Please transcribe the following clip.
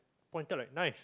pointed like knife